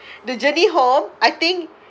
the journey home I think